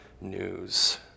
news